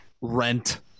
rent